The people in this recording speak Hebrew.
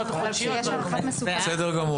בסדר גמור.